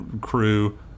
crew